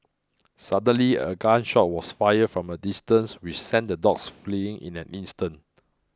suddenly a gun shot was fired from a distance which sent the dogs fleeing in an instant